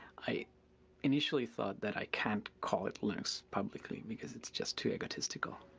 i initially thought that i can't call it linux publicly, because it is just too egotistical.